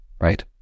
right